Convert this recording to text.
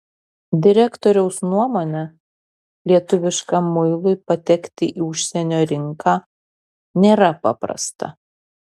direktoriaus nuomone lietuviškam muilui patekti į užsienio rinką nėra paprasta